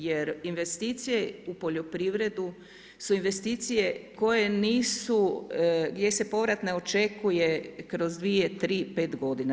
Jer investicije u poljoprivredu su investicije koje nisu, gdje se povrat ne očekuje kroz 2, 3, 5 godina.